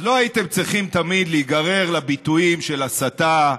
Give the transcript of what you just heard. ואני לא ראיתי כאן שום שר,